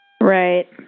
right